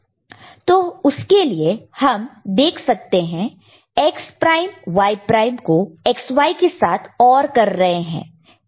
तो उसके लिए हम देख सकते हैं X प्राइम Y प्राइम को XY के साथ OR कर रहे हैं